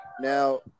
Now